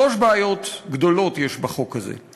שלוש בעיות גדולות יש בחוק הזה.